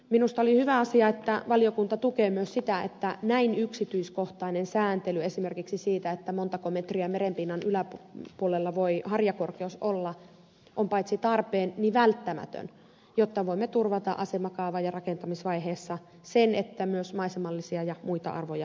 minusta oli hyvä asia että valiokunta tukee myös sitä että näin yksityiskohtainen sääntely esimerkiksi siitä montako metriä merenpinnan yläpuolella voi harjakorkeus olla on paitsi tarpeen myös välttämätön jotta voimme turvata asemakaava ja rakentamisvaiheessa sen että myös maisemallisia ja muita arvoja kunnioitetaan